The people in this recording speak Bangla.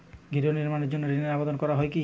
গৃহ নির্মাণের জন্য ঋণের আবেদন করা হয় কিভাবে?